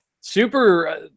super